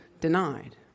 denied